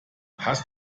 hast